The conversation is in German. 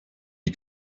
die